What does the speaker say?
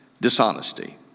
dishonesty